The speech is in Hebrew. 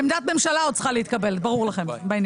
עמדת הממשלה עוד צריכה להתקבל בעניין.